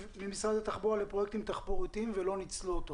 ממשרד התחבורה לפרויקטים תחבורתיים ולא ניצלו אותו.